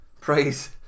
praise